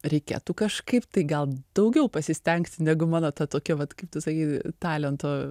reikėtų kažkaip tai gal daugiau pasistengti negu mano ta tokia vat kaip tu sakei talento